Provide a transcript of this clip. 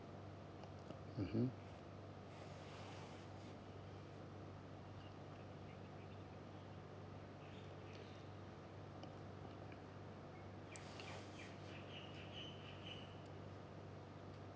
mmhmm